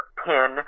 pin